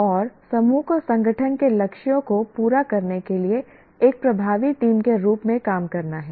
और समूह को संगठन के लक्ष्यों को पूरा करने के लिए एक प्रभावी टीम के रूप में काम करना है